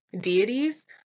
deities